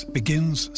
begins